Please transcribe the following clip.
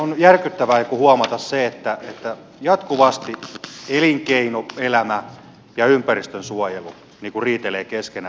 on järkyttävää huomata se että jatkuvasti elinkeinoelämä ja ympäristönsuojelu riitelevät keskenään